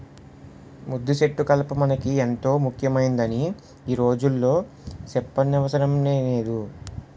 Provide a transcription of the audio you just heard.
మద్దిసెట్టు కలప మనకి ఎంతో ముక్యమైందని ఈ రోజుల్లో సెప్పనవసరమే లేదు